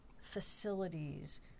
facilities